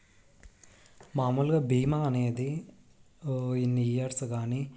మాములుగా భీమా అనేది ఓ ఇన్ని ఇయర్స్ కానీ